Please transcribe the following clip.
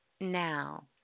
now